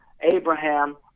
Abraham